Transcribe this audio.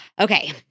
Okay